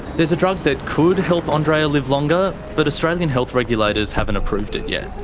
there's a drug that could help andreea live longer. but australian health regulators haven't approved it yet.